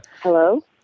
Hello